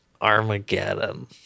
Armageddon